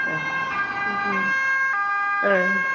ए उम उम ओह